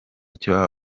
cya